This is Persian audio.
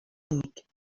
بود